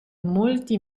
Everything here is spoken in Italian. molti